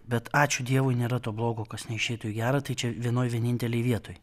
bet ačiū dievui nėra to blogo kas neišeitų į gera tai čia vienoj vienintelėj vietoj